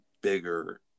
bigger